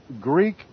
Greek